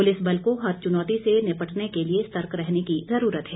police बल को हर चुनौति से निपटने के लिए सतर्क रहने की जरूरत है